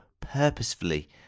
purposefully